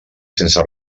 sense